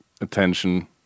attention